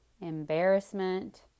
embarrassment